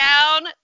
down